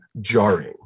jarring